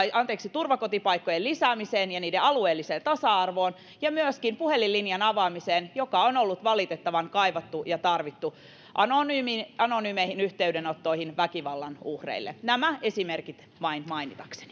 turvakotipaikkojen lisäämisessä ja niiden alueellisessa tasa arvossa ja myöskin puhelinlinjan avaamisessa joka on ollut valitettavan kaivattu ja tarvittu anonyymeihin anonyymeihin yhteydenottoihin väkivallan uhreille nämä esimerkit vain mainitakseni